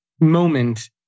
moment